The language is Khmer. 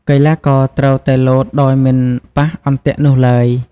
កីឡាករត្រូវតែលោតដោយមិនប៉ះអន្ទាក់នោះឡើយ ។